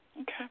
Okay